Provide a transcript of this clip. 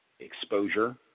exposure